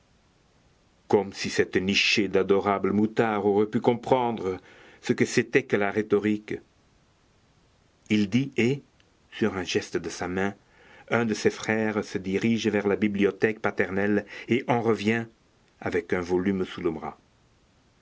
comme si cette nichée d'adorables moutards aurait pu comprendre ce que c'était que la rhétorique il dit et sur un geste de sa main un des frères se dirige vers la bibliothèque paternelle et en revient avec un volume sous le bras